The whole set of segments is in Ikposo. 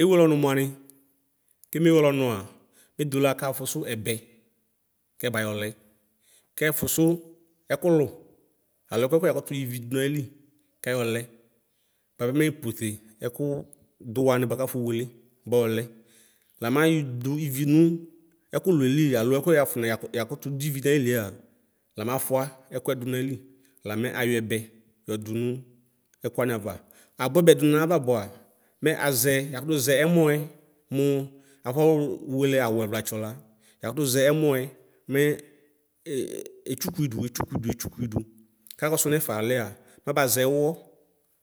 Eweleɔnu muani. Kemewelɔnua, mɛdula kafusu ɛbɛ kɛbayɔlɛ kɛfusu ɛkulu alo ɛkuɛku yakutuyɔ ividu nayili kɛɔlɛ bapɛ meepɔtɛ eku duwani ba kafowele bɔkɔ, lamadu ivi nu ɛkulɛ alo ɛkuyafuna yakutu duvinailia lamafua eku duvaili, lame ayɔsɔ yɔdu mu ɛkuanazɔa. Mɛsɛbɛdu nayɔna bua, me aze yakutiezɛ ɛmɔɛ, mu afo weleaɖuweɖiaɖa, yakutiezɛ ɛmɔɛ me e. eɛtakukuida, ɛtakukuida, ɛtɛ kuide kaksu nsɛɖalia; mɛsɛzu uwɔ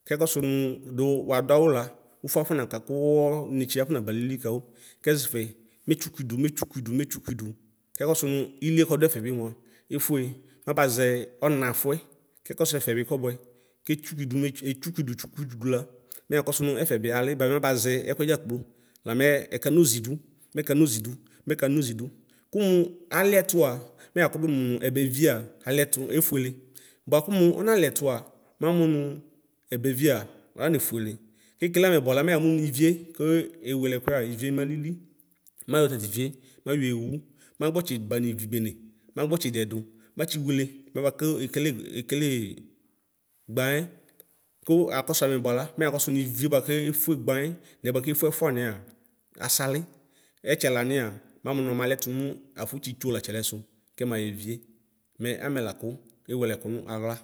kɛksɔnu du wɔwadɔwɔ la ufuaɖɔna kuwu nus nɛtsa afɔsana lili kɔwɔ kɛzuɛ mɛtɛkukuida, mɛtɛkukuida, mɛtɛkukuida kɛksɔnu mu ilɛ kɔwɛɛfɛɛ mɛa ɛfuaɛ; mɛsɛzu snafuɛ kɛksɔsu ɛfɛbi kɛksɔ kɛtakukuida, mɛtɛu ɛtakukuida buɖuku kɔla me yakɔsu mu ɛfɛ bi aleɛ ba mɛsɛzu ɛkuɛza kɛtɔ lame ɛkanɔyidu, mɛkanɔyidu, mɛkanɔyidu kuma aleɛtia me yakutu mu ɛbɔvia. alieta ɛfuele; ba kumu snalietua mamunu ɛbɛviea anɛfue. Kakɛle ameɖuala mɛɖanu mu ivie koe ɛwelekuea ivie malili mayo tatiriiɛ mayoɛwɔ, magbɔtɔya nivi bene, magbɔtɔdedu matsiwele mɛbakɛ ɛkele ekelee gbanyɛ. Ku akusuanu buala mu yakɔsu niɖɛ buakɔfue gbanyɛ nɔdiɛ bakufue ɛkpuamɛa asali. ɛhɛlamia mamu snalietua mu apɔtitɔ la tɔlɛsu kɛmaevie. Mɛ amɛlaku ewelekue mu ayla.